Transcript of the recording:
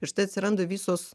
ir štai atsiranda visos